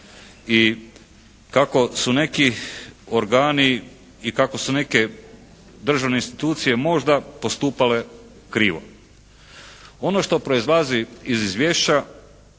I kako su neki organi i kako su neke državne institucije možda postupale krivo. Ono što proizlazi iz izvješća,